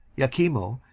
iachimo,